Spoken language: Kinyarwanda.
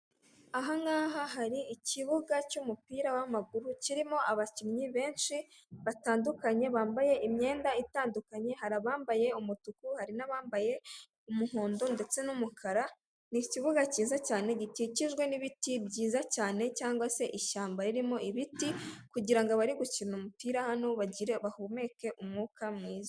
Aha ngaha hari ikibuga cy'umupira w'amaguru kirimo abakinnyi benshi batandukanye, bambaye imyenda itandukanye hari abambaye umutuku hari n'abambaye umuhondo ndetse n'umukara, ni ikibuga cyiza cyane gikikijwe n'ibiti byiza cyane cyangwa se ishyamba ririmo ibiti, kugira ngo abari gukina umupira hano bagire bahumeke umwuka mwiza.